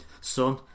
Son